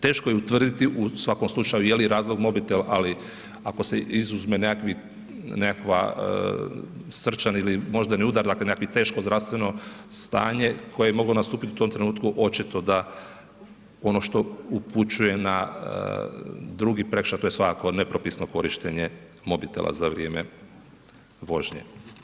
Teško je utvrditi u svakom slučaju je li razlog mobitel ali ako se izuzme nekakav srčani ili moždani udar, dakle nekakvo teško zdravstveno stanje koje je moglo nastupiti u tom trenutku očito da ono što upućuje na drugi prekršaj to je svakako nepropisno korištenje mobitela za vrijeme vožnje.